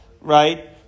right